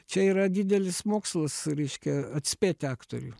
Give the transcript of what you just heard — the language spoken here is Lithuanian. čia yra didelis mokslas reiškia atspėti aktoriui